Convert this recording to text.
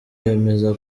bemeza